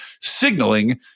signaling